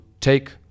take